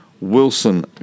Wilson